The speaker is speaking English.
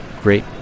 great